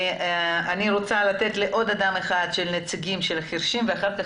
אני רוצה לתת לעוד נציג חירשים את רשות הדיבור ואחר כך